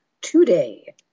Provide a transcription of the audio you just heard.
today